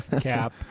cap